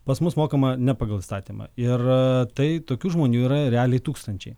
pas mus mokama ne pagal įstatymą ir tai tokių žmonių yra realiai tūkstančiai